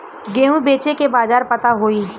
गेहूँ बेचे के बाजार पता होई?